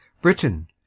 Britain